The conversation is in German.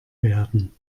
werden